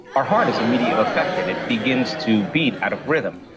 our heart is immediately effected. it begins to beat out of rhythm,